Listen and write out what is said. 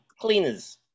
Cleaners